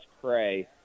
pray